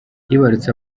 yibarutse